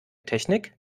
technik